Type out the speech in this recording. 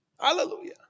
Hallelujah